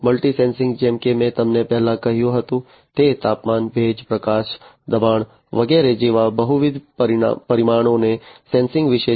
multi sensing જેમ કે મેં તમને પહેલાં કહ્યું હતું તે તાપમાન ભેજ પ્રકાશ દબાણ વગેરે જેવા બહુવિધ પરિમાણોને સેન્સિંગ વિશે છે